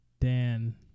Dan